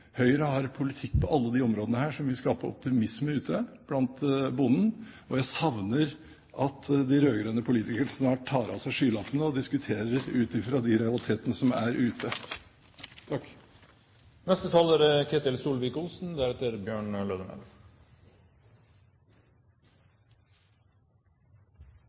Høyre har politikk på alle disse områdene som vil skape optimisme ute blant bøndene. Jeg savner at de rød-grønne politikerne snart tar av seg skylappene og diskuterer ut fra de realitetene som er der ute. Debatten her er i skjæringspunktet mellom landbruk og energi, det er